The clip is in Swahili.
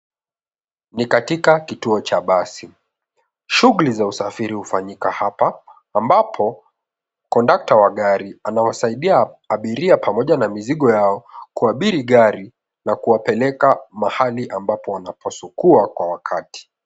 Ni katika kituo cha basi. Shughuli za usafiri hufanyika hapa ambapo kondakta wa gari anawasaidia abiria pamoja na mizigo yao kuabiri gari na kuwapeleka mahali ambapo wanapaswa kuwa kwa wakati.